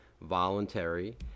voluntary